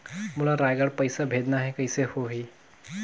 मोला रायगढ़ पइसा भेजना हैं, कइसे होही?